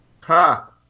ha